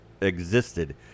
existed